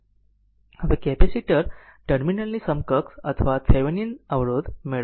હવે કેપેસિટર ટર્મિનલની સમકક્ષ અથવા થેવેનિન અવરોધ મેળવો